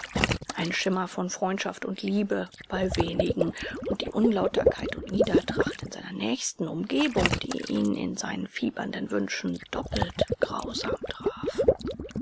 ein schimmer von freundschaft und liebe bei wenigen und die unlauterkeit und niedertracht in seiner nächsten umgebung die ihn in seinen fiebernden wünschen doppelt grausam traf